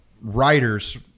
writer's